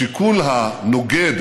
השיקול הנוגד,